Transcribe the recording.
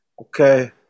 Okay